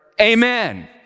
Amen